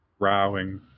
Rowing